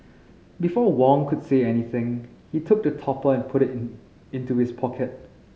before Wong could say anything he took the topper and put it in in to his pocket